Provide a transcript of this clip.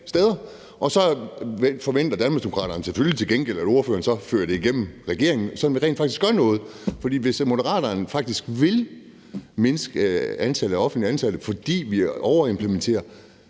Og så forventer Danmarksdemokraterne selvfølgelig til gengæld, at ordføreren får det igennem i regeringen, så vi rent faktisk gør noget. For hvis Moderaterne faktisk vil mindske antallet af offentligt ansatte, fordi vi overimplementerer,